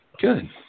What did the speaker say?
good